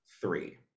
three